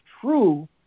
true